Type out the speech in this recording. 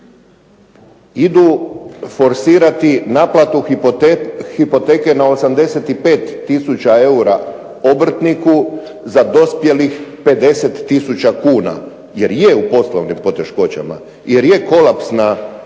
Idu forsirati naplatu hipoteke na 85 tisuća eura obrtniku za dospjelih 50 tisuća kuna, jer je u poslovnim poteškoćama, jer je kolaps na tržištu.